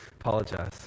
Apologize